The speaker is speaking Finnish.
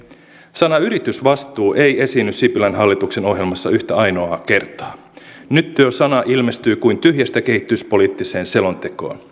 sana yritysvastuu ei esiinny sipilän hallituksen ohjelmassa yhtä ainoaa kertaa nyt tuo sana ilmestyy kuin tyhjästä kehityspoliittiseen selontekoon